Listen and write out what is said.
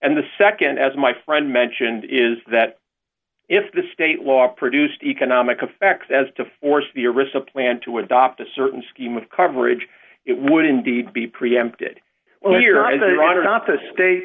and the nd as my friend mentioned is that if the state law produced economic effect as to force the original plan to adopt a certain scheme of coverage it would indeed be preempted when you're either on or not the state